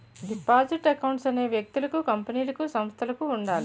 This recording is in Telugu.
డిపాజిట్ అకౌంట్స్ అనేవి వ్యక్తులకు కంపెనీలకు సంస్థలకు ఉండాలి